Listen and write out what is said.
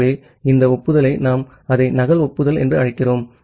ஆகவே இந்த ஒப்புதலை நாம் அதை நகல் ஒப்புதல் என்று அழைக்கிறோம்